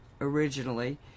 originally